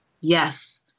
Yes